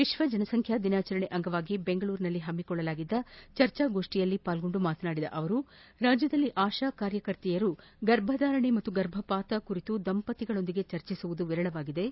ವಿಶ್ವಜನಸಂಖ್ಯಾ ದಿನಾಚರಣೆ ಅಂಗವಾಗಿ ದೆಂಗಳೂರಿನಲ್ಲಿ ಹಮ್ನಿಕೊಳ್ಳಲಾಗಿದ್ದ ಚರ್ಚಾಗೋಷ್ನಿಯಲ್ಲಿ ಭಾಗವಹಿಸಿ ಮಾತನಾಡಿದ ಅವರು ರಾಜ್ಞದಲ್ಲಿ ಆಶಾಕಾರ್ಯಕರ್ತರು ಗರ್ಭಧಾರಣೆ ಮತ್ತು ಗರ್ಭಪಾತ್ ಕುರಿತು ದಂಪತಿಗಳೊಂದಿಗೆ ಚರ್ಚಿಸುವುದು ವಿರಳವಾಗಿದ್ದು